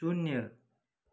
शून्य